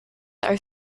are